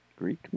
Greek